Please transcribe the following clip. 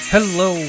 Hello